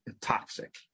toxic